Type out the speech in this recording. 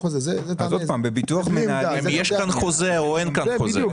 בביטוח מנהלים יש חוזה או אין חוזה?